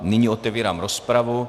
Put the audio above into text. Nyní otevírám rozpravu.